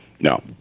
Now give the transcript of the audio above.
No